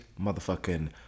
motherfucking